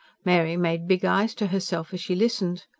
mary made big eyes to herself as she listened.